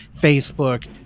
Facebook